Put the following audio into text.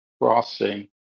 crossing